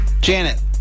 janet